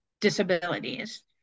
disabilities